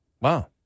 wow